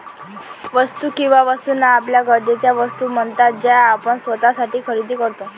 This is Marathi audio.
वस्तू किंवा वस्तूंना आपल्या गरजेच्या वस्तू म्हणतात ज्या आपण स्वतःसाठी खरेदी करतो